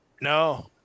No